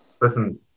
listen